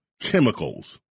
chemicals